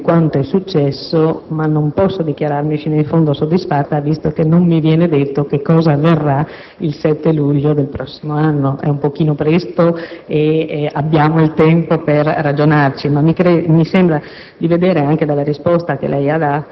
per l'approfondita analisi di quanto successo. Non posso, però, dichiararmi sino in fondo soddisfatta, visto che non mi viene detto che cosa avverrà il 7 luglio del prossimo anno. E' un pochino presto ed abbiamo il tempo per ragionarci, ma mi sembra